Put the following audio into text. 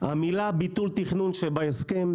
המילה ביטול תכנון שבהסכם